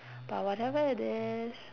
but whatever it is